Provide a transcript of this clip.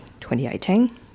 2018